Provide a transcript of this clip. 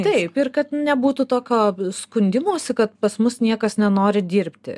taip ir kad nebūtų tokio skundimosi kad pas mus niekas nenori dirbti